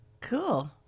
Cool